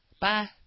Bye